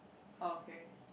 okay